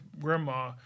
grandma